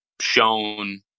shown